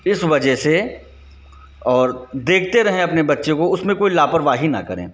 इस वजह से और देखते रहें अपने बच्चे को उसमें कोई लापरवाही न करें